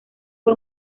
fue